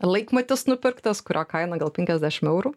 laikmatis nupirktas kurio kaina gal penkiasdešim eurų